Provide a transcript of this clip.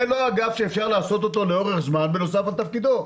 זה לא אגף שאפשר לעשות אותו לאורך זמן בנוסף על תפקידו.